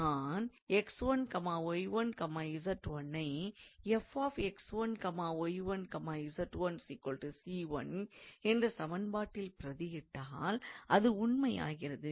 நான் 𝑥1𝑦1𝑧1 ஐ 𝑓𝑥1𝑦1𝑧1 𝑐1 என்ற சமன்பாட்டில் பிரதியிட்டால் அது உண்மை ஆகிறது